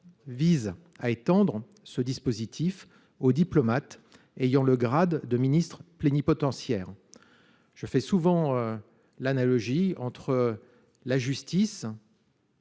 vise à étendre ce dispositif aux diplomates ayant le grade de ministre plénipotentiaire. Je fais souvent. L'analogie entre la justice.